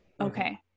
okay